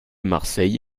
marseille